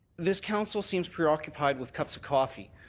this council seems preoccupied with cups of coffee.